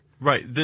right